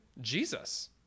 Jesus